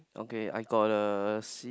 okay I got a sea